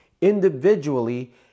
individually